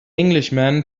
englishman